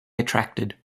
attracted